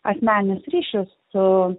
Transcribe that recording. asmeninius ryšius su